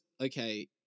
okay